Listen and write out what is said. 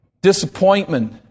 disappointment